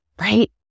right